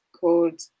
called